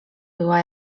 była